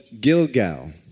Gilgal